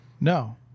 No